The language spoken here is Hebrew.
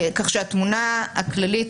כך שהתמונה הכללית,